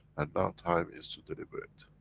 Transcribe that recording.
and now, time is to deliver it.